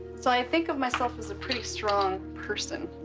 so i think of myself as a pretty strong person.